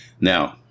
Now